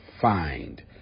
find